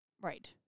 Right